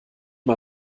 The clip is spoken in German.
mal